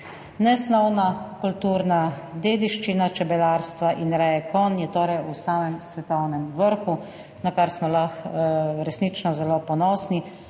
Nesnovna kulturna dediščina čebelarstva in reje konj sta torej v samem svetovnem vrhu, na kar smo lahko resnično zelo ponosni.